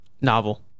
Novel